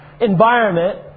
environment